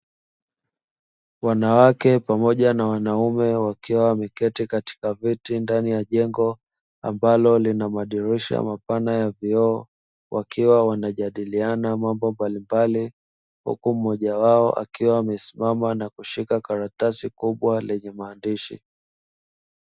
Wanawake pamoja na wanaume wakiwa wameketi katika viti ndani ya jengo ambalo lina madirisha mapana ya vioo, wakiwa wanajadiliana mambo mbalimbali, huku mmoja wao akiwa amesimama na kushika karatasi kubwa lenye maandishi.